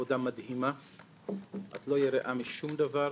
עבודה מדהימה, את לא יראה משום דבר,